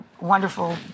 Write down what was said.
wonderful